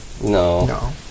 No